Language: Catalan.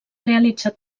realitzar